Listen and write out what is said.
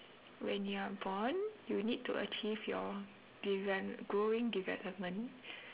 when you are born you need to achieve your develop growing development